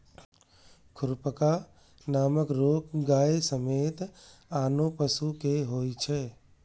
खुरपका नामक रोग गाय समेत आनो पशु कें होइ छै